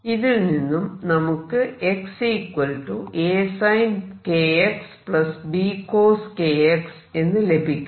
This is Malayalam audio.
ഇതിൽ നിന്നും നമുക്ക് x A sin k x B cos k x എന്ന് ലഭിക്കുന്നു